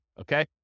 okay